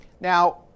Now